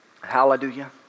Hallelujah